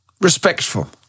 respectful